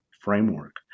framework